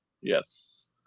Yes